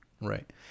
Right